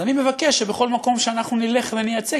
אז אני מבקש שבכל מקום שאנחנו נלך ונייצג,